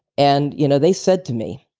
and, you know, they said to me,